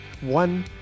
one